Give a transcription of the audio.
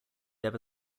ever